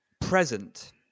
present